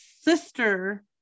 sister